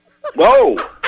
Whoa